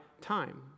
time